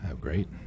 great